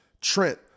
Trent